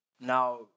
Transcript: now